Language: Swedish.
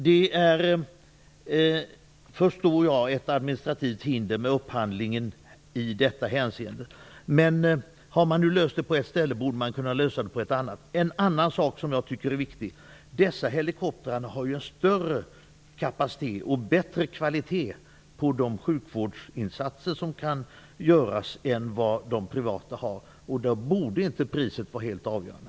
Jag förstår att det i detta hänseende finns administrativa hinder för upphandlingen, men har man löst detta på ett ställe borde man ju kunna lösa det även på ett annat. En annan sak som jag tycker är viktig är att dessa helikoptrar i fråga om de sjukvårdsinsatser som kan göras har en större kapacitet och en bättre kvalitet än de privata helikoptrarna, och då borde inte priset vara helt avgörande.